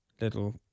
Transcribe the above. little